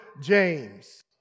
James